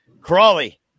Crawley